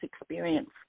experience